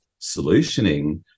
solutioning